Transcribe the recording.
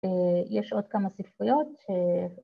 ‫ויש עוד כמה ספרויות ש...